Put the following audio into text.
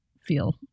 feel